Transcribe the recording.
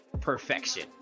perfection